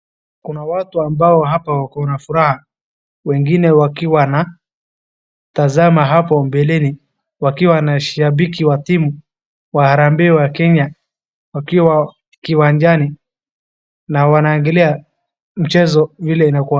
Kuna watu ambao hapa wako na furaha, wengine wakiwa na tazama hapo mbeleni, wakiwa na shabiki wa timu wa harambee wa Kenya wakiwa kiwanjani na wanaangalia mchezo vile inakuwa.